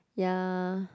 ya